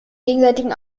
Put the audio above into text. gegenseitigen